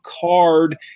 card